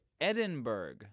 edinburgh